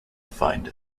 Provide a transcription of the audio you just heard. find